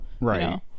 right